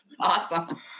Awesome